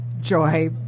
Joy